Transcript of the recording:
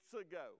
ago